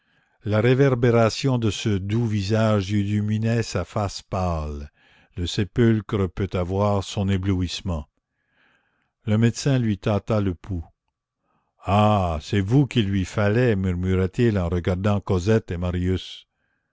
la réverbération de ce doux visage illuminait sa face pâle le sépulcre peut avoir son éblouissement le médecin lui tâta le pouls ah c'est vous qu'il lui fallait murmura-t-il en regardant cosette et marius